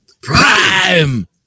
Prime